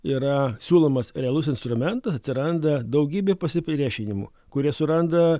yra siūlomas realus instrumentas atsiranda daugybė pasipriešinimų kurie suranda